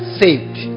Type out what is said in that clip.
saved